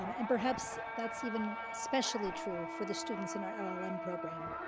um and perhaps that's even especially true for the students in our our llm program,